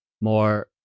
more